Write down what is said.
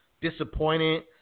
disappointed